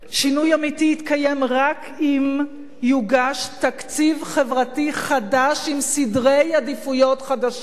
שינוי אמיתי יתקיים רק אם יוגש תקציב חברתי חדש עם סדרי עדיפויות חדשים.